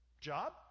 job